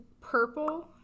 purple